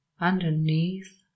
underneath